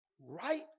right